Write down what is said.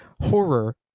Horror